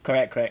correct correct